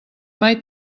mai